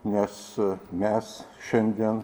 nes mes šiandien